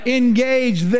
engage